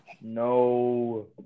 No